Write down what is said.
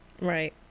Right